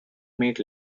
meet